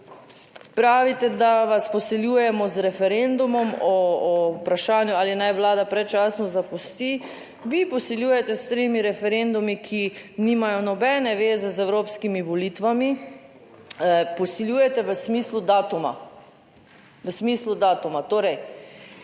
Pravite, da vas posiljujemo z referendumom o vprašanju: ali naj Vlada predčasno zapusti. Vi posiljujete s tremi referendumi, ki nimajo nobene veze z Evropskimi volitvami, posiljujete v smislu datuma, v smislu datuma. Trije